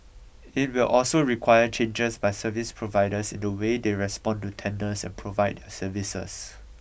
it will also require changes by service providers in the way they respond to tenders and provide their services